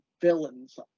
villains